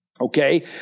Okay